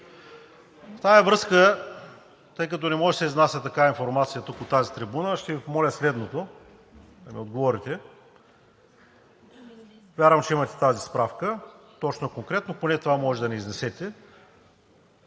В тази връзка, тъй като не може да се изнася такава информация тук от тази трибуна, ще Ви помоля да ми отговорите на следното. Вярвам, че имате тази справка, точна и конкретна, поне това може да ни изнесете.